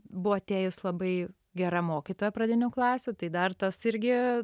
buvo atėjus labai gera mokytoja pradinių klasių tai dar tas irgi